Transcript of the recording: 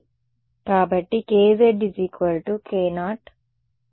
కాబట్టి kz k0 cos θ